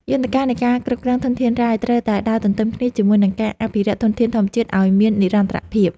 យន្តការនៃការគ្រប់គ្រងធនធានរ៉ែត្រូវតែដើរទន្ទឹមគ្នាជាមួយនឹងការអភិរក្សធនធានធម្មជាតិឱ្យមាននិរន្តរភាព។